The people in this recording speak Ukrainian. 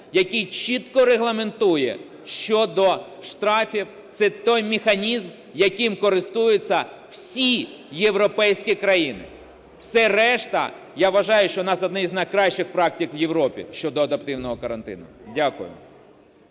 який чітко регламентує щодо штрафів. Це той механізм, яким користуються всі європейські країни. Все решта, я вважаю, у нас одна із найкращих практик в Європі щодо адаптивного карантину. Дякую.